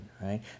right